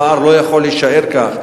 הפער לא יכול להישאר כך.